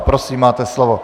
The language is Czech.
Prosím, máte slovo.